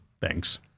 Thanks